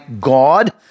God